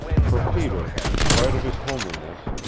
for peter, in spite of his homeliness,